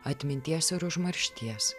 atminties ar užmaršties